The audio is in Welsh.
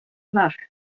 bach